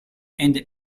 and